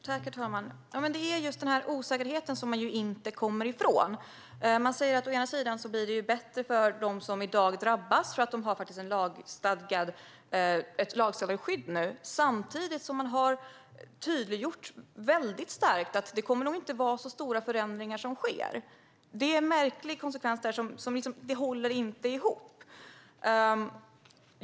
Herr talman! Det är just denna osäkerhet vi inte kommer ifrån. Å ena sidan blir det bättre för dem som har drabbats eftersom de nu får ett lagstadgat skydd. Samtidigt tydliggörs att det inte kommer att ske särskilt stora förändringar. Det är märkligt, och det håller inte ihop.